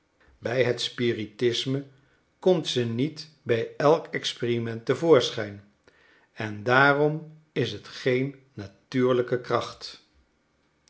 bij het spiritisme komt ze niet bij elk experiment te voorschijn en daarom is het geen natuurlijke kracht